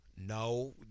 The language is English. No